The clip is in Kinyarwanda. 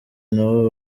nabo